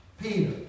Peter